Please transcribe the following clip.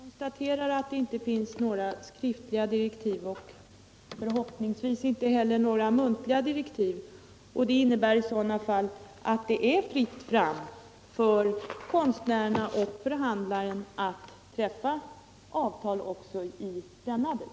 Herr talman! Jag konstaterar att det inte finns några skriftliga direktiv, och förhoppningsvis inte heller några muntliga. Det innebär att det är fritt fram för konstnärerna och förhandlaren att träffa avtal också i denna del.